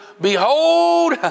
Behold